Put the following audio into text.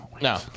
no